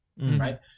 right